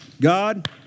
God